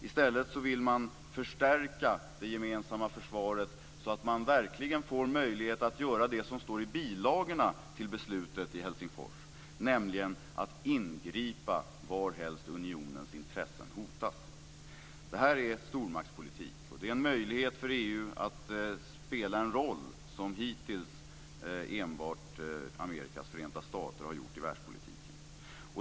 I stället vill man förstärka det gemensamma försvaret så att man verkligen får möjlighet att göra det som står i bilagorna till beslutet i Helsingfors, nämligen att ingripa varhelst unionens intressen hotas. Det här är stormaktspolitik och detta är en möjlighet för EU att spela en roll som hittills enbart Amerikas förenta stater spelat i världspolitiken.